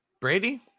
Brady